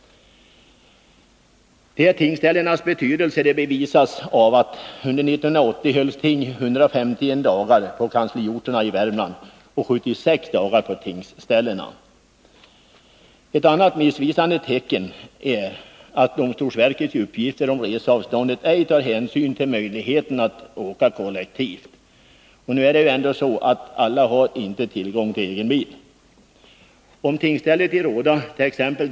Tingsställenas betydelse bevisas av att det under 1980 hölls ting 151 dagar på kansliorterna i Värmland och 76 dagar på tingsställena. En annan sak som är missvisande är att man i domstolsverkets uppgifter om reseavståndet inte tar hänsyn till möjligheten att åka kollektivt. Det är ändå inte så, att alla har tillgång till egen bil. Om tingsstället it.ex.